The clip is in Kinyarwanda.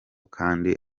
kandi